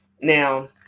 Now